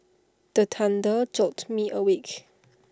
the thunder jolt me awake